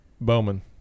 Bowman